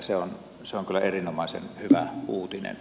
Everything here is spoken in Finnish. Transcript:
se on kyllä erinomaisen hyvä uutinen